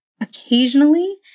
occasionally